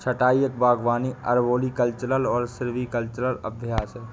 छंटाई एक बागवानी अरबोरिकल्चरल और सिल्वीकल्चरल अभ्यास है